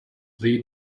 lead